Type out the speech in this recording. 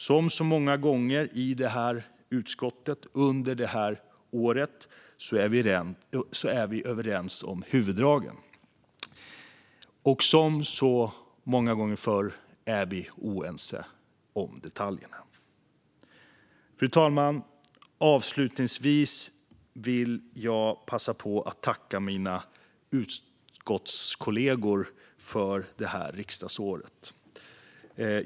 Som så många gånger i det här utskottet under det här året är vi överens om huvuddragen. Och som så många gånger är vi oense om detaljerna. Fru talman! Jag vill avslutningsvis passa på att tacka mina utskottskollegor för det här riksdagsåret.